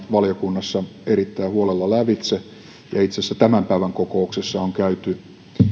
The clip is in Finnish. valiokunnassa erittäin huolella lävitse itse asiassa tämän päivän kokouksessa on käyty